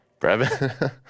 Brevin